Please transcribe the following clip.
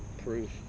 proof